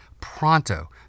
pronto